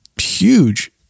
huge